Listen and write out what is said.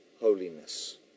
Holiness